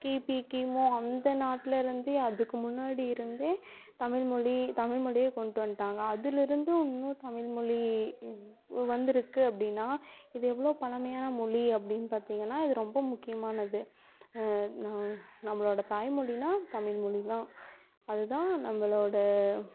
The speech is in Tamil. கிபி கிமு அந்த நாட்டிலருந்தே அதுக்கும் முன்னாடி இருந்தே தமிழ்மொழி தமிழ்மொழியை கொண்டுட்டு வந்துட்டாங்க அதுலேருந்து இன்னும் தமிழ்மொழி வந்திருக்கு அப்படின்னா இது எவ்வளோ பழைமையான மொழி அப்படின்னு பார்த்திங்கன்னா இது ரொம்ப முக்கியமானது நான் நம்மளோட தாய்மொழினால் தமிழ்மொழிதான் அதுதான் நம்மளோட